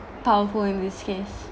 powerful in this case